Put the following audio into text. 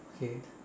okay